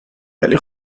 ولی